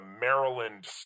Maryland